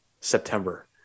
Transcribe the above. September